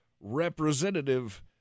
Representative